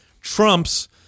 trumps